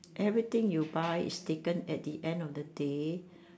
everything you buy is taken at the end of the day